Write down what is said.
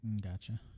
Gotcha